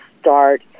start